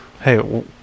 Hey